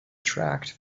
tract